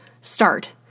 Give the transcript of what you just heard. start